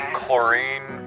chlorine